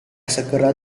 segera